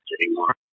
anymore